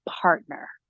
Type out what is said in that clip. partner